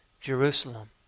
Jerusalem